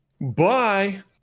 Bye